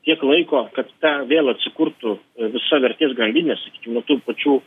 kiek laiko kad ta vėl atsikurtų visa vertės galinės nu tų pačių